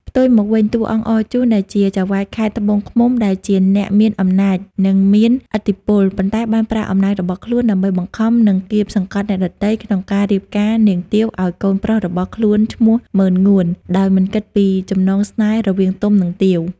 ផ្ទុយមកវិញ តួអង្គអរជូន ដែលជាចៅហ្វាយខេត្តត្បូងឃ្មុំ ដែលជាអ្នកមានអំណាច និងមានឥទ្ធិពល ប៉ុន្តែបានប្រើអំណាចរបស់ខ្លួនដើម្បីបង្ខំ និងកៀបសង្កត់អ្នកដទៃ ក្នុងការរៀបការនាងទាវឲ្យកូនប្រុសរបស់ខ្លួនឈ្មោះ ម៉ឺនងួន ដោយមិនគិតពីចំណងស្នេហ៍រវាងទុំ និងទាវ។